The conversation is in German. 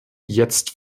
jetzt